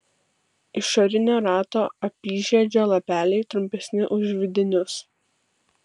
išorinio rato apyžiedžio lapeliai trumpesni už vidinius